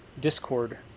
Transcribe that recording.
discord